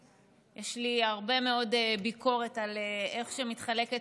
יש לי הרבה מאוד ביקורת על איך שמתחלקת הממשלה